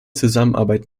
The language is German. zusammenarbeit